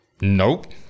Nope